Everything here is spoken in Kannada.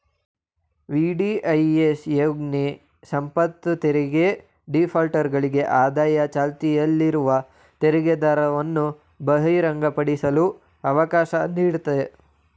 ವಿ.ಡಿ.ಐ.ಎಸ್ ಯೋಜ್ನ ಸಂಪತ್ತುತೆರಿಗೆ ಡಿಫಾಲ್ಟರ್ಗಳಿಗೆ ಆದಾಯ ಚಾಲ್ತಿಯಲ್ಲಿರುವ ತೆರಿಗೆದರವನ್ನು ಬಹಿರಂಗಪಡಿಸಲು ಅವಕಾಶ ನೀಡುತ್ತೆ